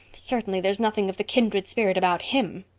certainly there's nothing of the kindred spirit about him.